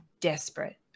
desperate